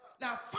Now